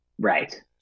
Right